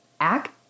act